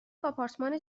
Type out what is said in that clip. آپارتمان